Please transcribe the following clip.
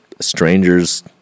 strangers